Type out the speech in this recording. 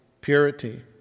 purity